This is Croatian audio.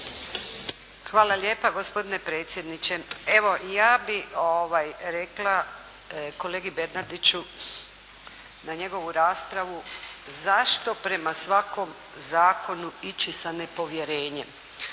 Hvala lijepa gospodine predsjedniče. Evo ja bih rekla kolegi Bernardiću na njegovu raspravu zašto prema svakom zakonu ići sa nepovjerenjem.